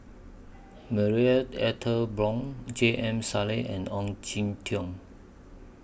Marie Ethel Bong J M Sali and Ong Jin Teong